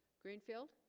greenfield